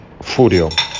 Furio